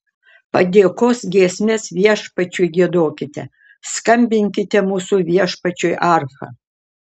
padėkos giesmes viešpačiui giedokite skambinkite mūsų viešpačiui arfa